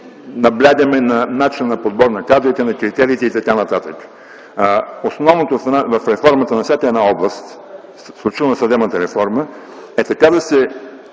наблягаме на начина на подбор на кадрите, на критериите и т.н. Основното в реформата на всяка една област, включително съдебната реформа, е така да се